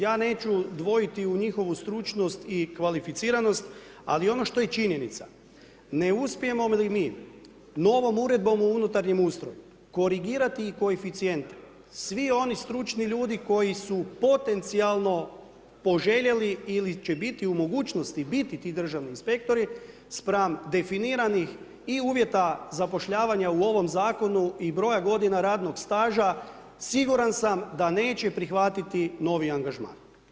Ja neću dvojiti u njihovu stručnost i kvalificiranost, ali ono što je činjenica ne uspijemo li mi novom uredbom o unutarnjem ustroju korigirati i koeficijente svi oni stručni ljudi koji su potencijalno poželjeli ili će biti u mogućnosti biti ti državni inspektori spram definiranih i uvjeta zapošljavanja u ovom zakonu i broja godina radnog staža siguran sam da neće prihvatiti novi angažman.